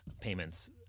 payments